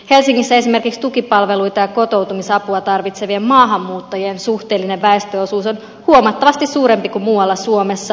helsingissä esimerkiksi tukipalveluita ja kotoutumisapua tarvitsevien maahanmuuttajien suhteellinen väestöosuus on huomattavasti suurempi kuin muualla suomessa